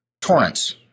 torrents